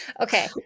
Okay